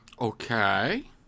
Okay